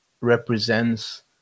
represents